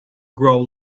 grow